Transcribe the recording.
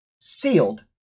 sealed